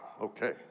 okay